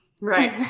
Right